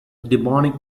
demonic